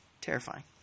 terrifying